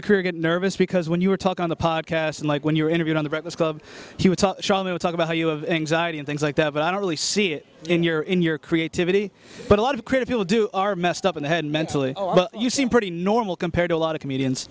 get nervous because when you were talking on the podcast and like when you were interviewed on the breakfast club he would talk about how you have anxiety and things like that but i don't really see it in your in your creativity but a lot of creative people do are messed up in the head mentally you seem pretty normal compared to a lot of comedians